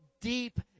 deep